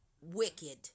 wicked